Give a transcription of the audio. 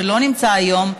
שלא נמצא היום,